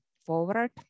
forward